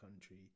country